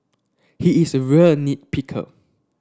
he is a real nit picker